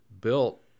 built